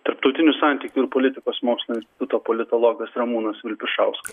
tarptautinių santykių ir politikos mokslų instituto politologas ramūnas vilpišauskas